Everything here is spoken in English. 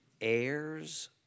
heirs